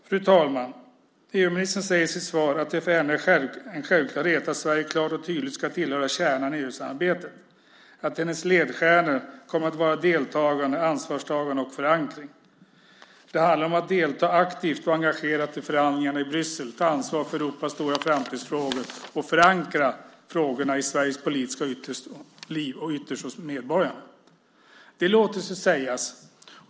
Fru talman! EU-ministern säger i sitt svar att det är för henne en självklarhet att Sverige klart och tydligt ska tillhöra kärnan i EU-samarbetet, att hennes ledstjärnor kommer att vara deltagande, ansvarstagande och förankring. Det handlar om att delta aktivt och engagerat i förhandlingarna i Bryssel, ta ansvar för Europas stora framtidsfrågor och förankra frågorna i Sveriges politiska liv och ytterst hos medborgarna. Det låter sig sägas.